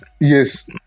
Yes